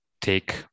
take